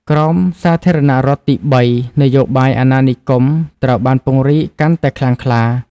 ក្រោមសាធារណរដ្ឋទីបី នយោបាយអាណានិគមត្រូវបានពង្រីកកាន់តែខ្លាំងក្លា។